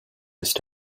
ist